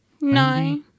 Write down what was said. No